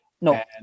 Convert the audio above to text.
No